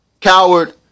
coward